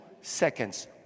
seconds